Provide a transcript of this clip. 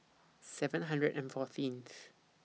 seven hundred and fourteenth